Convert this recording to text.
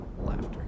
laughter